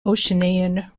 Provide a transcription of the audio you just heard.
oceanian